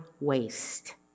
waste